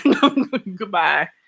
Goodbye